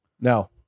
Now